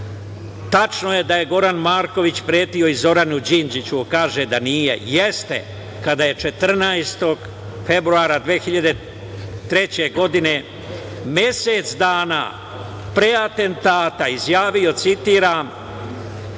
ne? Tačno je da je Goran Marković pretio i Zoranu Đinđiću. On kaže da nije. Jeste, kada je 14. februara 2003. godine, mesec dana pre atentata, izjavio, citiram: